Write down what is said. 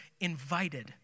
invited